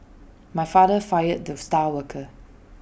my father fired the star worker